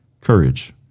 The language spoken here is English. courage